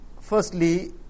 firstly